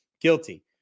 Guilty